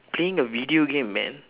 playing a video game man